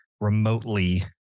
remotely